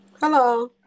hello